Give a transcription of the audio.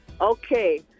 Okay